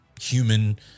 human